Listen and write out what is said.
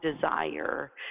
desire